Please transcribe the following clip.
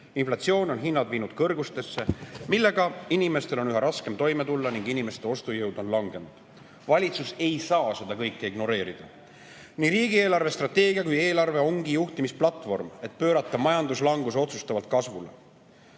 Inflatsioon on hinnad viinud kõrgustesse, millega inimestel on üha raskem toime tulla, ning inimeste ostujõud on langenud. Valitsus ei saa seda kõike ignoreerida. Nii riigi eelarvestrateegia kui ka eelarve ongi juhtimisplatvorm, et pöörata majanduslangus otsustavalt kasvule.